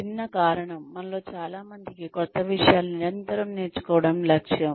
చిన్న కారణం మనలో చాలా మందికి క్రొత్త విషయాలను నిరంతరం నేర్చుకోవడం లక్ష్యం